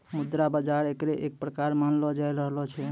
मुद्रा बाजार एकरे एक प्रकार मानलो जाय रहलो छै